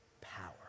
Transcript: power